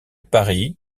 paris